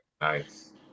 nice